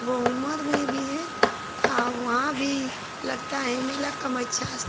गहुमर में भी हैं और वहाँ भी लगता है मेला कमच्छा अस्थान